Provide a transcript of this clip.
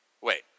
wait